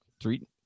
three